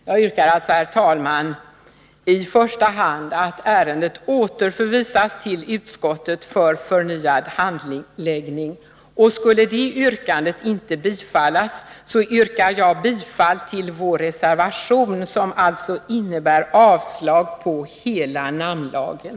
Jag yrkar alltså, herr talman, i första hand att ärendet återförvisas till utskottet för förnyad handläggning, och skulle det yrkandet inte bifallas yrkar jag bifall till vår reservation, som innebär avslag på hela namnlagen.